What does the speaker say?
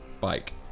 bike